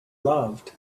loved